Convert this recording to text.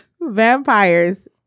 Vampires